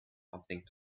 something